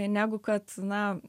negu kad na